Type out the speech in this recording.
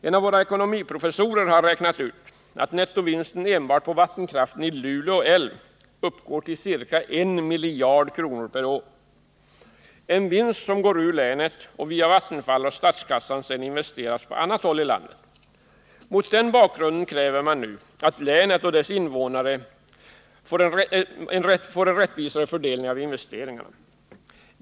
En av våra ekonomiprofessorer har räknat ut, att nettovinsten enbart på vattenkraften från Luleå älv uppgår till ca 1 miljard kronor per år — en vinst som försvinner ut ur länet och som via Vattenfall och statskassan sedan investeras på annat håll i landet. Mot den bakgrunden kräver man nu att länet och dess invånare får en rättvisare andel av investeringarna.